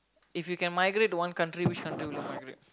if you can migrate to one country which country would you migrate